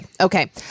Okay